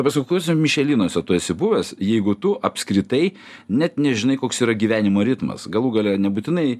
ta prasme o kokiuose mišelinuose tu esi buvęs jeigu tu apskritai net nežinai koks yra gyvenimo ritmas galų gale nebūtinai